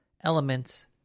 elements